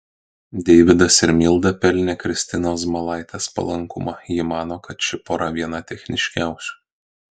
deividas ir milda pelnė kristinos zmailaitės palankumą ji mano kad ši pora viena techniškiausių